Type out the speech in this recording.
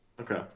Okay